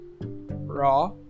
Raw